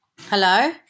hello